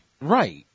Right